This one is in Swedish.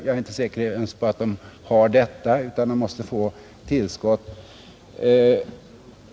Jag är inte ens säker på att man får mycket av detta belopp utan måste begära tillskott.